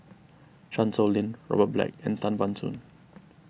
Chan Sow Lin Robert Black and Tan Ban Soon